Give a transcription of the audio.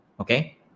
Okay